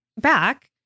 back